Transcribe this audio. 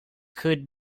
could